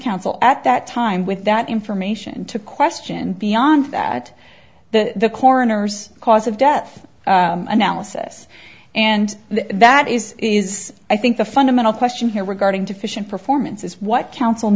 counsel at that time with that information to question beyond that the coroner's cause of death analysis and that is is i think the fundamental question here regarding deficient performance is what coun